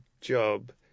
job